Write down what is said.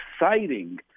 exciting